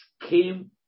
came